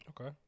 Okay